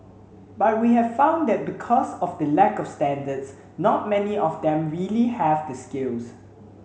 but we have found that because of the lack of standards not many of them really have the skills